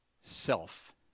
self